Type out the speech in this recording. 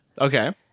Okay